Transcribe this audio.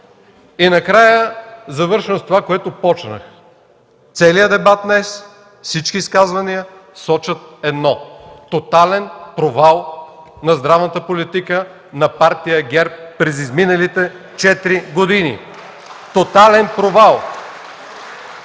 Накрая завършвам с това, с което започнах. Целият дебат днес, всички изказвания сочат едно: тотален провал на здравната политика на Партия ГЕРБ през изминалите четири години.